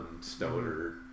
stoner